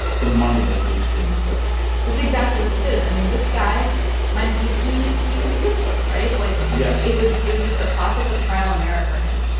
the money that he basically discovered that's exactly what this is. i mean, this guy minor keith he he was ruthless. right? like. yeah. it was it was just a process of trial and error for him.